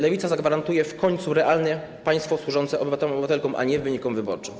Lewica zagwarantuje w końcu realne państwo służące obywatelom i obywatelkom, a nie wynikom wyborczym.